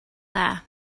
dda